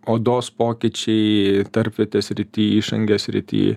odos pokyčiai tarpvietės srity išangės srity